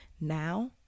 now